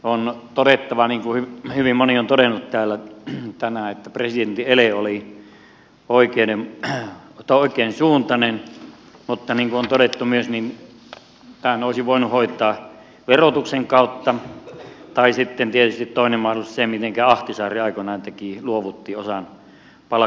on todettava niin kuin hyvin moni on todennut täällä tänään että presidentin ele oli oikeansuuntainen mutta niin kuin on myös todettu niin tämän olisi voinut hoitaa verotuksen kautta tai sitten tietysti toinen mahdollisuus on se mitenkä ahtisaari aikoinaan teki luovutti osan palkkiostaan